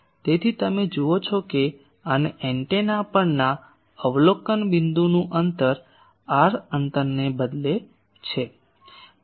તેથી તમે જુઓ છો કે આને એન્ટેના પરના અવલોકન બિંદુનું અંતર r અંતરને બદલે છે